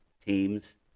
teams